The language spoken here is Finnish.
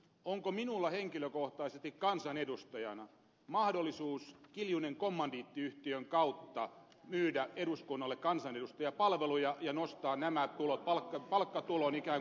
onko minulla henkilökohtaisesti kansanedustajana mahdollisuus kiljunen kommandiittiyhtiön kautta myydä eduskunnalle kansanedustajapalveluja ja nostaa nämä palkkatulot ikään kuin pääomatuloina